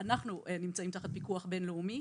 נמצאים תחת פיקוח בין-לאומי.